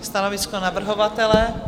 Stanovisko navrhovatele?